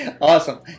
Awesome